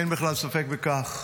אין בכלל ספק בכך.